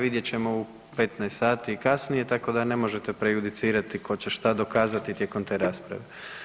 Vidjet ćemo u 15,00 sati i kasnije tako da ne možete prejudicirati tko će šta dokazati tijekom te rasprave.